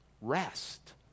rest